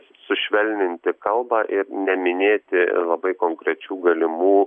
sušvelninti kalbą ir neminėti labai konkrečių galimų